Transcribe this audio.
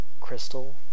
crystal